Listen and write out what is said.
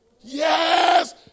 Yes